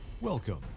Welcome